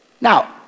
Now